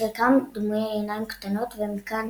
בחלקם דמויי עיניים קטנות ומכאן